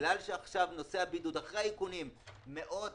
בגלל שעכשיו נושא הבידוד, אחרי האיכונים מאות